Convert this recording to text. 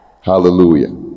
Hallelujah